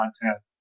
content